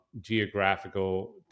geographical